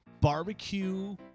barbecue